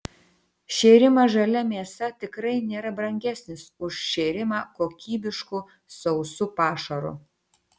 šėrimas žalia mėsa tikrai nėra brangesnis už šėrimą kokybišku sausu pašaru